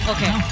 Okay